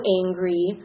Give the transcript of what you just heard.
angry